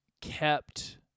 kept